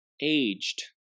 aged